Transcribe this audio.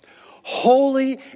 Holy